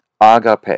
Agape